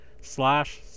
slash